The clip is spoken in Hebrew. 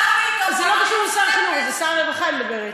זה לא קשור לשר החינוך, זה שר הרווחה, אני מדברת.